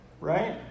Right